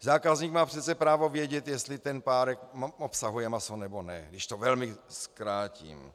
Zákazník má přece právo vědět, jestli ten párek obsahuje maso, nebo ne, když to velmi zkrátím.